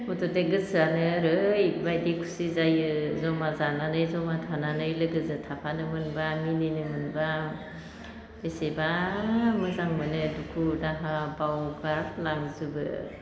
मुथते गोसोआनो ओरैबायदि खुसि जायो जमा जनानै जमा थानानै लोगोजो थाफानो मोनब्ला मिनिनो मोनब्ला बेसेबा मोजां मोनो दुखु दाहा बावगारलांजोबो